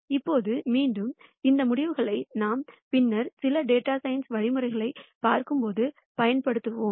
இப்போது மீண்டும் இந்த முடிவுகளை நாம் பின்னர் சில டேட்டா சயின்ஸ் வழிமுறைகளைப் பார்க்கும்போது பயன்படுத்துவோம்